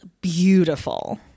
beautiful